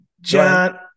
John